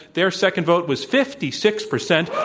their second vote was fifty six percent.